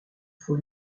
faut